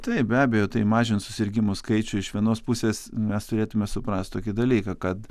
taip be abejo tai mažins susirgimų skaičių iš vienos pusės mes turėtume suprast tokį dalyką kad